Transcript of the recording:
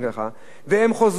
והם חוזרים לכביש